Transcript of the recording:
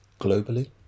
globally